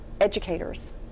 educators